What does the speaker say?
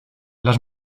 las